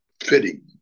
fitting